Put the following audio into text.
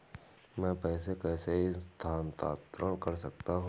मैं पैसे कैसे स्थानांतरण कर सकता हूँ?